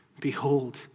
Behold